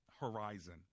horizon